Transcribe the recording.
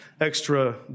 extra